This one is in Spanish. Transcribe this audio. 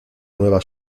nueva